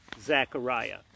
Zechariah